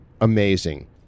amazing